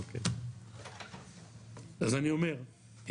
אז אני אומר,